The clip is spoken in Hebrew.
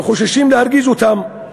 וחוששים להרגיז אותם.